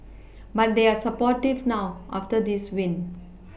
but they are supportive now after this win